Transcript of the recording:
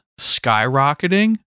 skyrocketing